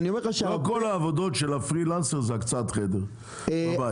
לא כל העבודות של פרילנסר זה הקצאת חדר בבית.